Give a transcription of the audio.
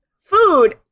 food